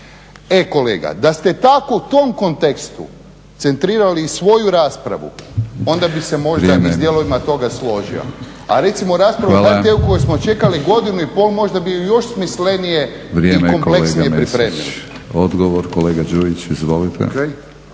E kolega, da ste tako u tom kontekstu centrirali svoju raspravu onda bi se možda i s dijelovima toga složio a recimo rasprava o HRT-u koju smo čekali godinu i pol, možda bi ju još smislenije i kompleksnije pripremili. **Batinić, Milorad (HNS)** Odgovor kolega Đujić, izvolite.